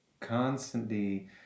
constantly